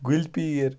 گُلہٕ پیٖر